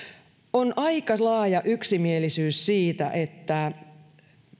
on aika laaja yksimielisyys siitä että